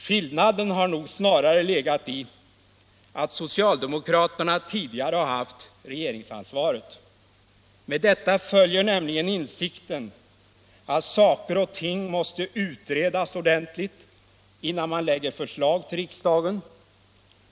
Skillnaden har nog snarare legat i att socialdemokraterna tidigare har haft regeringsansvaret. Med detta följer nämligen insikten att saker och ting måste utredas ordentligt innan man lägger förslag till riksdagen.